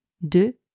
de